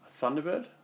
Thunderbird